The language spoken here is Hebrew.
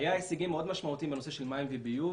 היו הישגים משמעותיים מאוד בנושא של מים וביוב,